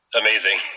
amazing